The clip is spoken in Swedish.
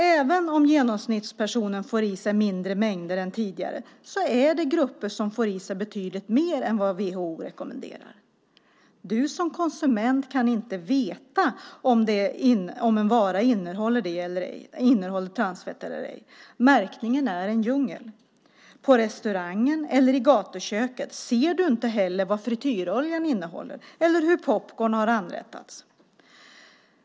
Även om genomsnittspersonen får i sig mindre än tidigare finns det grupper som får i sig betydligt mer än WHO rekommenderar. Som konsument kan du inte veta om en vara innehåller transfetter eller ej. Märkningen är en djungel. På restaurangen eller i gatuköket ser du inte heller vad frityroljan innehåller eller hur popcorn har anrättats.